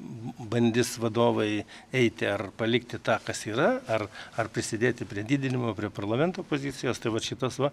bandis vadovai eiti ar palikti tą kas yra ar ar prisidėti prie didinimo prie parlamento pozicijos tai vat šitas va